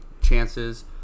chances